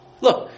Look